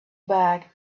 bag